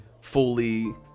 fully